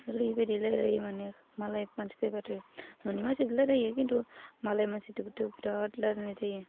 ओरै बायदि रायलायो माने मालाय मानसि फैबाथाय न'नि मानसिजोंबो रायलायो खिन्थु मालाय मानसिजोंबो बिराथ रायलायनाय जायो